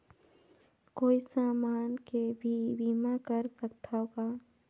कोई समान के भी बीमा कर सकथव का?